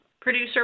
producer